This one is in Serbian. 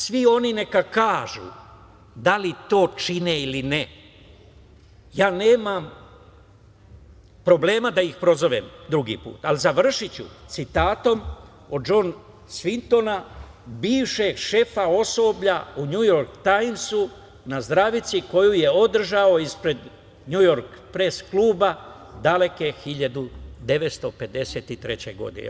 Svi oni neka kažu da li to čine ili ne, ja nemam problem da ih prozovem drugi put, ali završiću citatom Džon Svintona, bivšeg šefa osoblja u „Njujork tajmsu“, na zdravici koju je održao ispred Njujork pres kluba daleke 1953. godine.